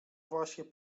właśnie